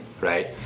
right